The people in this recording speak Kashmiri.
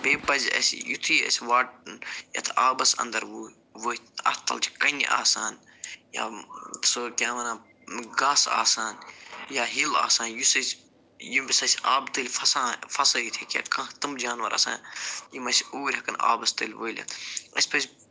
بیٚیہِ پَزِ اَسہِ یُتھٕے أسۍ وا یَتھ آبَس اَنٛدَر ؤ ؤتھۍ اَتھ تَل چھِ کَنہِ آسان یا سُہ کیٛاہ وَنان گاسہٕ آسان یا ہِل آسان یُس أسۍ ییٚمِس أسۍ آبہٕ تٔلۍ فسان فَسٲیِتھ ہٮ۪کہِ یا کانٛہہ تِم جانوَر آسان یم اَسہِ اوٗرۍ ہٮ۪کَن آبَس تَل وٲلِتھ اَسہِ پَزِ